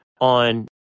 on